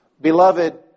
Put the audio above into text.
Beloved